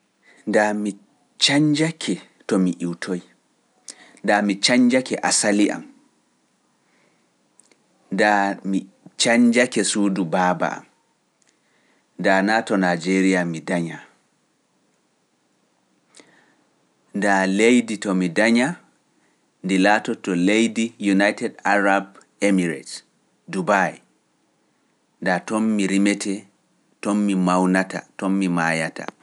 Ndaa mi cañnjake to mi iwtoyi, nda mi cañnjake asali am, nda mi cañnjake suudu baaba am, nda to Leddi Dubai mi danyaa.